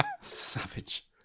Savage